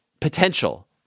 potential